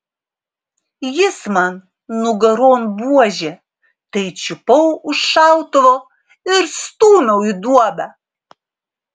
jis man nugaron buože tai čiupau už šautuvo ir stūmiau į duobę